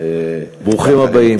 ברוכים הבאים.